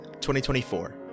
2024